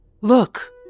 Look